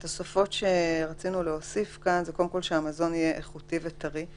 אנחנו רוצים להוסיף כאן שהמזון יהיה איכותי וטרי.